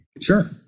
Sure